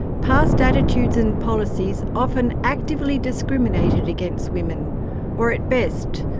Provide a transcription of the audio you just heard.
past attitudes and policies often actively discriminated against women or, at best,